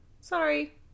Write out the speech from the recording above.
sorry